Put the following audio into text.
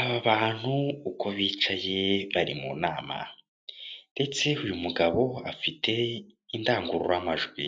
Aba bantu uko bicaye bari mu nama, ndetse uyu mugabo afite indangururamajwi,